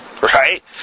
Right